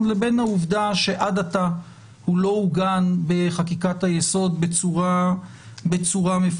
לבין העובדה שעד עתה הוא לא עוגן בחקיקת היסוד בצורה מפורשת.